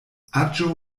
aĝo